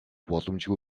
боломжгүй